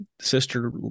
sister